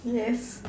yes